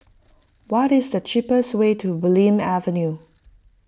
what is the cheapest way to Bulim Avenue